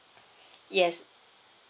yes